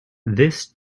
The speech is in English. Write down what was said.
this